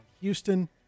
Houston